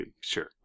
Sure